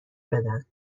بدن